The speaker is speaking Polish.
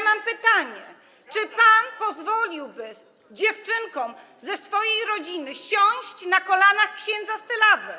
Mam pytanie: Czy pan pozwoliłby dziewczynkom ze swojej rodziny siąść na kolanach księdza z Tylawy?